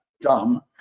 dumb